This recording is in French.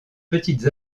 petites